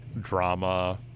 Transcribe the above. drama